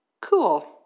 Cool